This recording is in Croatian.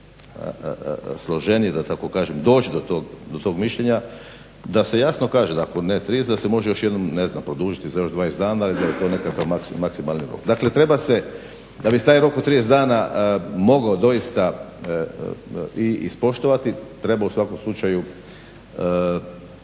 složenije da tako kažem doći do tog mišljenja, da se jasno kaže da ako ne 30 da se može još jednom ne znam produžiti za još 20 dana i to je nekakav maksimalni rok. Dakle, treba se da bi se taj rok od 30 dana mogao doista i ispoštovati treba u svakom slučaju